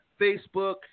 Facebook